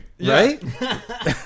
right